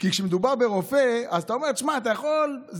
היא שתוכל לאכול איזה כשרות שתבחר בה,